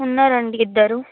ఉన్నారండి ఇద్దరు